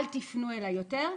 אל תפנו אליי יותר.